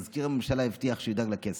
מזכיר הממשלה הבטיח שהוא ידאג לכסף.